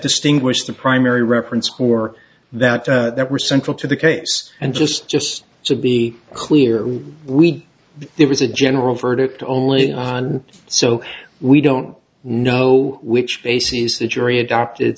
distinguished the primary reference for that there were central to the case and just just to be clear we there was a general verdict only on so we don't know which bases the jury adopted